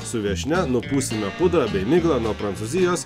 su viešnia nupūsime pudrą bei miglą nuo prancūzijos